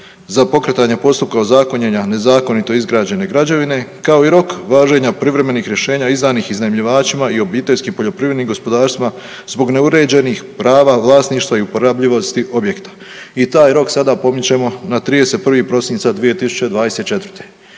za pokretanje postupka ozakonjenja nezakonito izgrađene građevine, kao i rok važenja privremenih rješenja izdanih iznajmljivačima i obiteljskim poljoprivrednim gospodarstvima zbog neuređenih prava vlasništva i uporabljivosti objekta i taj rok sada pomičemo na 31. prosinca 2021.